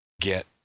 get